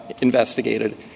investigated